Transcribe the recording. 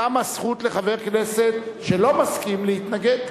קמה לחבר כנסת שלא מסכים זכות להתנגד.